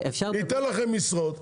שייתן לכם משרות.